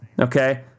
okay